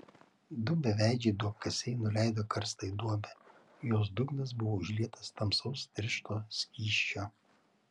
du beveidžiai duobkasiai nuleido karstą į duobę jos dugnas buvo užlietas tamsaus tiršto skysčio